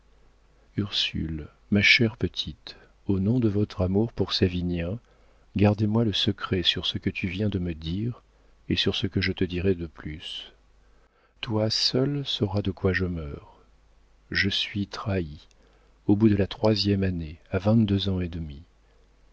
ursule ma chère petite au nom de votre amour pour savinien gardez-moi le secret sur ce que tu viens de me dire et sur ce que je te dirai de plus toi seule sauras de quoi je meurs je suis trahie au bout de la troisième année à vingt-deux ans et demi